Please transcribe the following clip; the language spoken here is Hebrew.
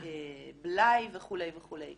בלאי וכו' וכו'?